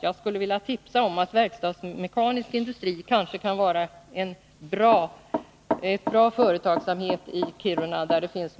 Jag skulle vilja tipsa om att verkstadsmekanisk industri kan vara en bra företagsamhet i Kiruna.